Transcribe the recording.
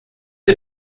who